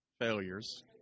failures